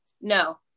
No